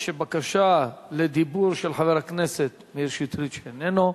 יש בקשה לדיבור של חבר הכנסת מאיר שטרית, שאיננו,